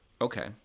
Okay